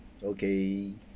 okay